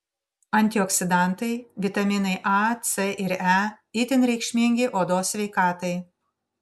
antioksidantai vitaminai a c ir e itin reikšmingi odos sveikatai